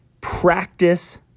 practice